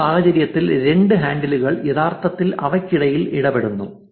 ഈ സാഹചര്യത്തിൽ 2 ഹാൻഡിലുകൾ യഥാർത്ഥത്തിൽ അവയ്ക്കിടയിൽ ഇടപെടുന്നു